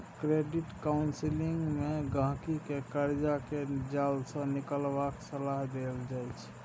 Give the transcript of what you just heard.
credit counselling मे गहिंकी केँ करजा केर जाल सँ निकलबाक सलाह देल जाइ छै